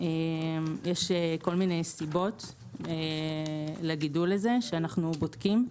וזה מכל מיני סיבות שאנחנו בודקים.